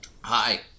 Hi